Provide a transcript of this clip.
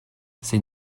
ces